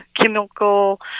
chemical